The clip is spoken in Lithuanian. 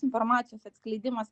informacijos atskleidimas